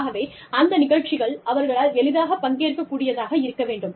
ஆகவே அந்த நிகழ்ச்சிகள் அவர்களால் எளிதாகப் பங்கேற்கக் கூடியதாக இருக்க வேண்டும்